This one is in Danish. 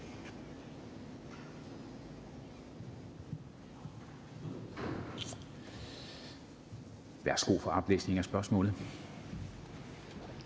Værsgo for oplæsning af spørgsmålet.